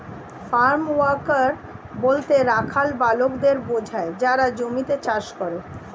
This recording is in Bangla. ফার্ম ওয়ার্কার বলতে রাখাল বালকদের বোঝায় যারা জমিতে চাষ করে